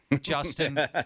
Justin